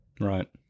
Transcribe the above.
Right